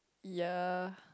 ya